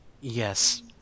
Yes